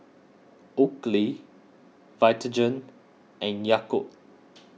Oakley Vitagen and Yakult